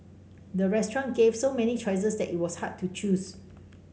the restaurant gave so many choices that it was hard to choose